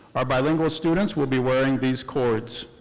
our bilingual students will be wearing these cords.